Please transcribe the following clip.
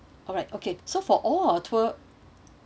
alright okay so for all our tour